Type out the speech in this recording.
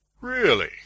Really